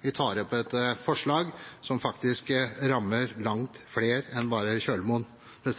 Vi tar opp et forslag som faktisk gjelder langt flere enn bare Kjølmoen. Det